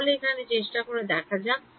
তাহলে এখানে চেষ্টা করে দেখা যাক